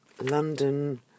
London